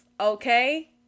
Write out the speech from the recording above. okay